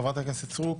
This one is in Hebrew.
חברת הכנסת סטרוק,